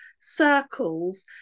circles